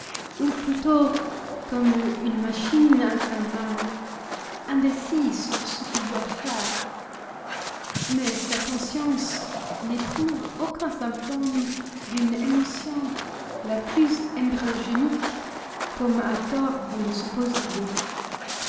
ou plutôt comme une machine infernale indécis sur ce qu'il doit faire mais sa conscience n'éprouve aucun symptôme d'une émotion la plus embryogénique comme à tort vous le supposeriez